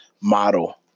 model